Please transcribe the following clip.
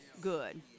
good